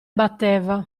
batteva